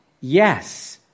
Yes